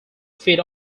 feed